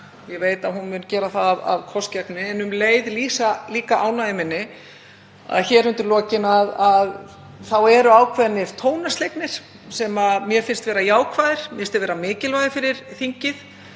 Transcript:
ég veit að hún mun gera það af kostgæfni, en um leið lýsa líka ánægju minni með að hér undir lokin eru ákveðnir tónar slegnir sem mér finnst vera jákvæðir, mér finnst þeir vera mikilvægir fyrir þingið.